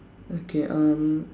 okay um